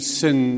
sin